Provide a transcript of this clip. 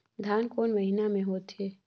धान कोन महीना मे होथे?